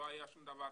לא היה שום דבר.